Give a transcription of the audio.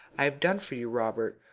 i have done for you, robert,